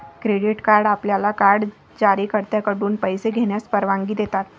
credit card आपल्याला card जारीकर्त्याकडून पैसे घेण्यास परवानगी देतात